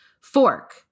Fork